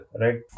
right